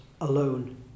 alone